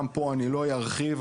אני לא ארחיב,